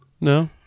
no